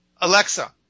Alexa